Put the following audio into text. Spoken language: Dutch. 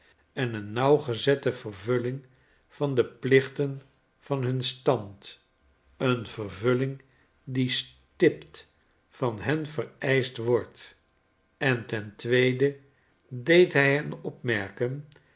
en een nauwgezette vervulling van de plichten van hun stand een vervulling die stip t van hen vereischt wordt en ten tweede deed hy hen opmerken